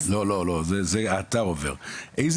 ואיזה לא?